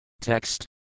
Text